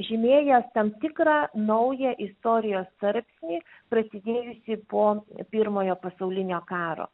žymėjęs tam tikrą naują istorijos tarpsnį prasidėjusį po pirmojo pasaulinio karo